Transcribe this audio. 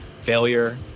Failure